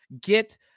get